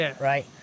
right